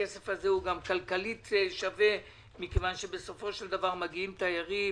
הכסף הזה נכון גם כלכלית מכיוון שבסופו של דבר מגיעים תיירים